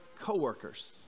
coworkers